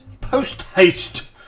Post-haste